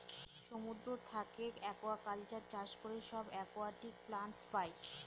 সমুদ্র থাকে একুয়াকালচার চাষ করে সব একুয়াটিক প্লান্টস পাই